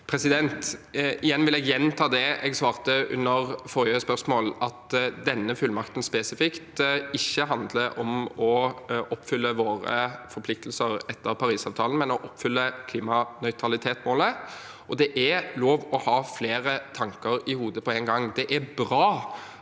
Jeg vil gjenta det jeg svarte på forrige spørsmål, at denne fullmakten ikke spesifikt handler om å oppfylle våre forpliktelser etter Parisavtalen, men om å oppfylle klimanøytralitetsmålet. Det er lov å ha flere tanker i hodet på en gang. Det er bra